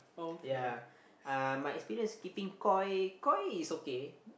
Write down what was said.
ya uh my experience keeping koi koi is okay